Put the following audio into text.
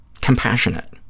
compassionate